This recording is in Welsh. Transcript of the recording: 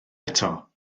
eto